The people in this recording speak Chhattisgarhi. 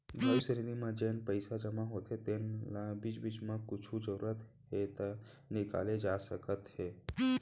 भविस्य निधि म जेन पइसा जमा होथे तेन ल बीच बीच म कुछु जरूरत हे त निकाले जा सकत हे